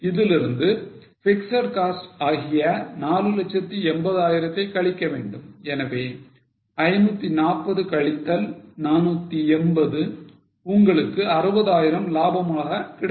இதிலிருந்து fixed cost ஆகிய 480000 தை கழிக்க வேண்டும் எனவே 540 கழித்தல் 480 உங்களுக்கு 60000 லாபமா கிடைக்கும்